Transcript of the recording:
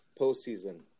postseason